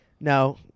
No